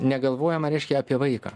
negalvojama reiškia apie vaiką